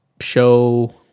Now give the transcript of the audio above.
show